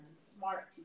smart